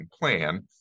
plan